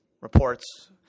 reports